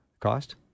Cost